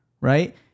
Right